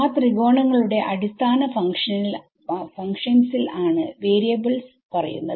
ആ ത്രികോണങ്ങളുടെ അടിസ്ഥാന ഫംഗ്ഷൻ സിൽ ആണ് വേരിയബിൾസ് പറയുന്നത്